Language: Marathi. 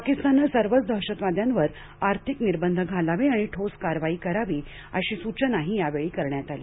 पाकिस्ताननं सर्वच दहशतवाद्यांवर आर्थिक निर्बंध घालावेत आणि ठोस कारवाई करावी अशी सूचनाही यावेळी करण्यात आली